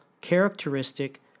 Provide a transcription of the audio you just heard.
characteristic